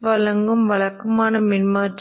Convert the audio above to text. நமக்கு தெரியும் ஒரு வித்தியாசம்